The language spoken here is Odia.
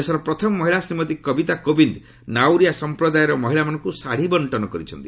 ଦେଶର ପ୍ରଥମ ମହିଳା ଶ୍ରୀମତୀ କବିତା କୋବିନ୍ଦ ନାଉରିଆ ସମ୍ପ୍ରଦାୟର ମହିଳାମାନଙ୍କୁ ଶାଢ଼ି ବର୍ଷନ କରିଛନ୍ତି